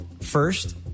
First